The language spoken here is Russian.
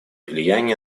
влияние